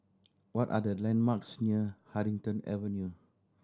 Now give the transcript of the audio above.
what are the landmarks near Huddington Avenue